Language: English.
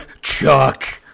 Chuck